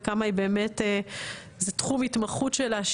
וכמה באמת זה תחום התמחות שלה,